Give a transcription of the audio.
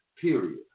Period